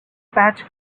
patch